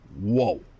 whoa